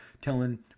telling